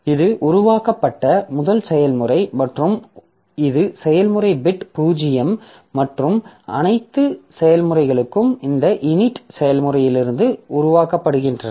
இது உருவாக்கப்பட்ட முதல் செயல்முறை மற்றும் இது செயல்முறை பிட் 0 மற்றும் அனைத்து செயல்முறைகளும் இந்த init செயல்முறையிலிருந்து உருவாக்கப்படுகின்றன